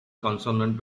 consonant